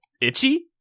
itchy